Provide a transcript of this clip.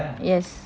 yes